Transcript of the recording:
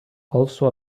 also